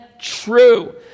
true